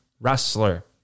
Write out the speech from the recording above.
wrestler